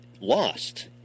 Lost